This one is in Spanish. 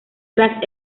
tras